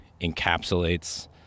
Encapsulates